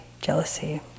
jealousy